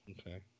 Okay